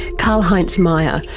karlheinz meier,